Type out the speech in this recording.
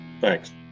Thanks